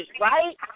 right